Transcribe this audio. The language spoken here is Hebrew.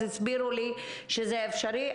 אז הסבירו לי שזה אפשרי.